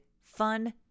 fun